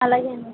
అలాగే